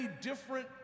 different